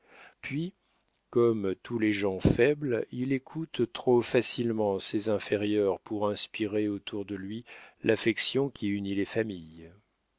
puis comme tous les gens faibles il écoute trop facilement ses inférieurs pour inspirer autour de lui l'affection qui unit les familles